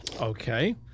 Okay